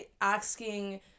asking